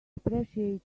appreciate